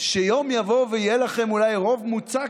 שיום יבוא ואולי יהיה לכם רוב מוצק,